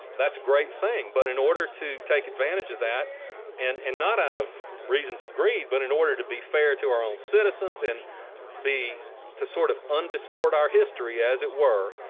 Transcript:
that's a great thing, but in order to take advantage of that and and not out of reasons of greed, but in order to be fair to our own citizens and to sort of un-distort our history, as it were,